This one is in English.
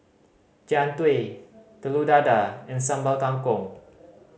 Jian Dui Telur Dadah and Sambal Kangkong